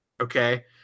Okay